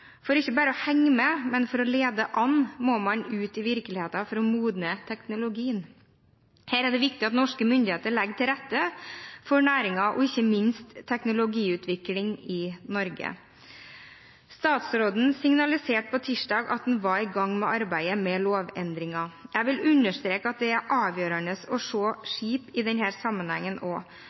For ikke bare å henge med, men for å lede an må man ut i virkeligheten for å modne teknologien. Her er det viktig at norske myndigheter legger til rette for næringen og ikke minst teknologiutvikling i Norge. Statsråden signaliserte på tirsdag at man var i gang med arbeidet med lovendringen. Jeg vil understreke at det er avgjørende å se skip i denne sammenhengen